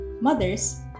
mothers